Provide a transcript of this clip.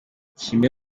kimwe